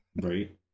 Right